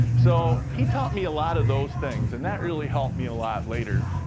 so, he taught me a lot of those things, and that really helped me a lot later.